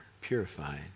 Purifying